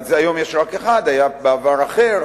היום יש רק אחד, היה בעבר אחר.